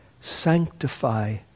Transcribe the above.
sanctify